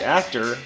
actor